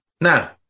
Now